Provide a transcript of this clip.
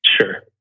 Sure